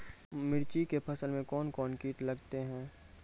मिर्ची के फसल मे कौन कौन कीट लगते हैं?